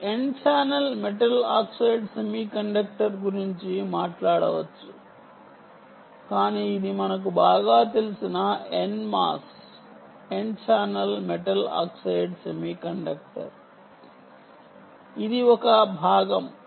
మీరు N channel metal oxide semiconductor గురించి మాట్లాడవచ్చు కాని ఇది మనకు బాగా తెలిసిన N MOS n channel metal oxide semiconductor ఇది ఒక భాగం